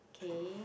K